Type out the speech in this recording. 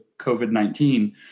COVID-19